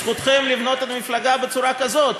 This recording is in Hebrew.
זכותכם לבנות את המפלגה בצורה כזאת.